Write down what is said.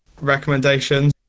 Recommendations